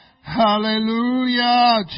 Hallelujah